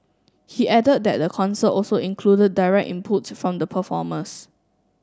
he added that the concert also included direct inputs from the performers